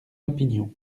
opinion